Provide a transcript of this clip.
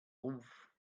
ruf